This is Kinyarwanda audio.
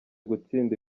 gutsinda